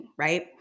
right